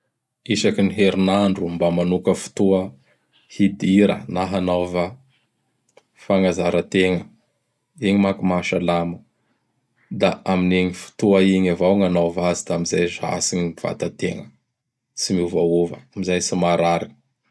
Isaky ny herinandro mba manoka fotoa, hidira na hanaova fagnazarategna. Igny manko mahasalama; da amin'igny fotoa igny avao gn' anaova azy da amin'izay zatsy gny vatategna. Tsy miovaova am zay tsy marary.